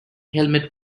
helmet